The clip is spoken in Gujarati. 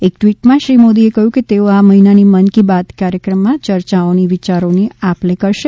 એક ટ્વિટમાં શ્રી મોદીએ કહ્યું કે તેઓ આ મહિનાની મન કી બાતમાં ચર્ચા માટે વિચારોની આપલે કરશે